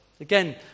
Again